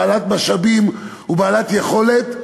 בעלת משאבים ובעלת יכולת,